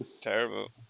terrible